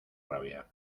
rabia